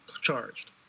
charged